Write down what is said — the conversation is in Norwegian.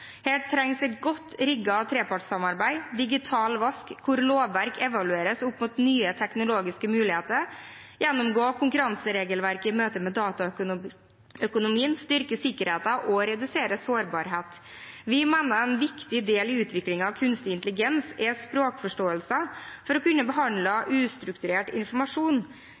Her trengs et godt rigget trepartssamarbeid, digital vask, hvor lovverk evalueres opp mot nye teknologiske muligheter, gjennomgang av konkurranseregelverket i møte med dataøkonomien, styrking av sikkerheten og redusert sårbarhet. Vi mener en viktig del av utviklingen av kunstig intelligens er språkforståelse for å kunne behandle ustrukturert informasjon.